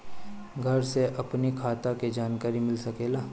घर से अपनी खाता के जानकारी मिल सकेला?